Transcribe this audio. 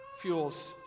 fuels